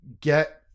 get